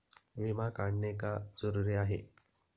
विमा काढणे का जरुरी आहे?